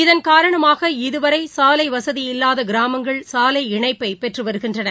இதன் காரணமாக இதுவரைசாலைவசதியில்வாதகிராமங்கள் சாலை இணைப்பைபெற்றுவருகின்றன